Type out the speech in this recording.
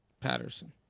Patterson